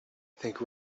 think